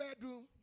bedroom